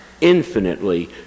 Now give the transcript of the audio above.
infinitely